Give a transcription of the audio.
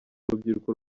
urubyiruko